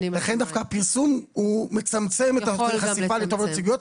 לכן דווקא הפרסום מצמצם את החשיפה לתביעות ייצוגיות.